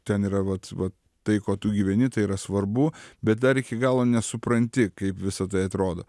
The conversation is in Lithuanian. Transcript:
ten yra vat va tai kuo tu gyveni tai yra svarbu bet dar iki galo nesupranti kaip visa tai atrodo